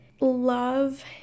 love